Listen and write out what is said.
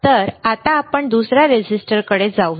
तर आता आपण दुसऱ्या रेझिस्टर कडे जाऊया